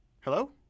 Hello